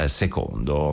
secondo